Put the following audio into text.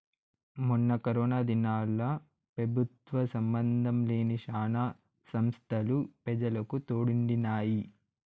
మొన్న కరోనా దినాల్ల పెబుత్వ సంబందం లేని శానా సంస్తలు పెజలకు తోడుండినాయి